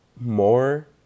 more